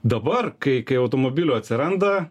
dabar kai kai automobilių atsiranda